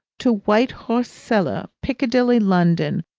to white horse cellar, piccadilly, london,